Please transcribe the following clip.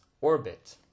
orbit